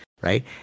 Right